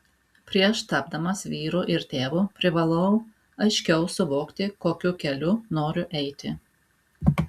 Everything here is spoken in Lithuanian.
prieš tapdamas vyru ir tėvu privalau aiškiau suvokti kokiu keliu noriu eiti